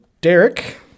Derek